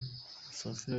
musafiri